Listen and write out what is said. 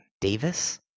Davis